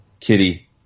Kitty